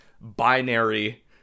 binary